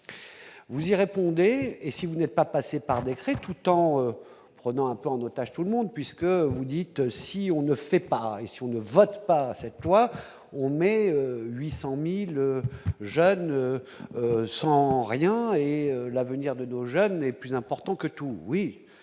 vous y répondez et si vous n'est pas passé par décret, tout en prenant un peu en otage tout le monde puisque vous dites si on ne fait pas et si on ne vote pas cette loi, on est 800000 jeunes sans rien et l'avenir de nos jeunes est plus important que tout,